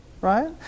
right